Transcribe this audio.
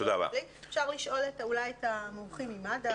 אפשר אולי לשאול את המומחים ממד"א.